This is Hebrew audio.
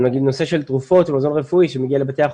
הנושא של תרופות או מזון רפואי שמגיע לבתי החולים,